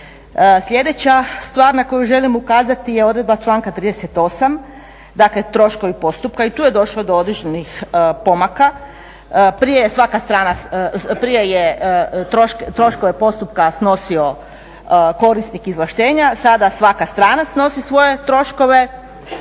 Sljedeća stvar na koju želim ukazati je odredba članka 38., dakle troškovi postupka. I tu je došlo do određenih pomaka. Prije je troškove postupka snosio korisnik izvlaštenja, sada svaka strana snosi svoje troškove.